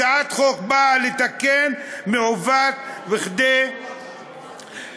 הצעת החוק באה לתקן מעוות כדי להתייחס